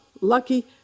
lucky